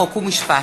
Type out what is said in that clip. חוק ומשפט.